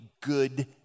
good